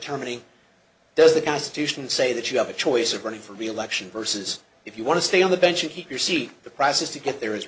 determining does the constitution say that you have a choice of running for reelection versus if you want to stay on the bench and keep your seat the process to get there is